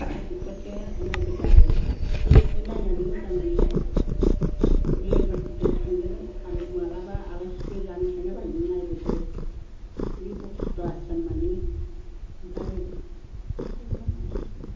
बेफोरखौ नायबोदों आरो ओमफ्राय नायनानै मोजां मोन्दों लोगोफोरजों थांदोमोन आरो माब्लाबा आलासिफोर जानो थांनायाव नायबोदों बे बशिष्ट आश्रमनि ओमफ्राय आरो